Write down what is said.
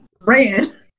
ran